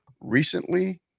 recently